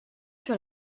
sur